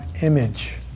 image